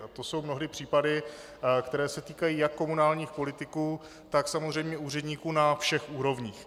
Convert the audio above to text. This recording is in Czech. A to jsou mnohdy případy, které se týkají jak komunálních politiků, tak samozřejmě úředníků na všech úrovních.